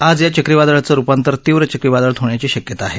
आज या चक्रीवादळाचं रूपांतर तीव्र चक्रीवादळात होण्याची शक्यता आहे